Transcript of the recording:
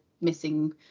missing